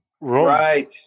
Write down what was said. Right